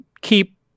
keep